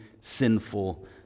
sinful